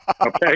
Okay